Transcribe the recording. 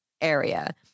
area